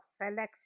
Selection